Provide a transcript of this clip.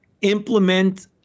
implement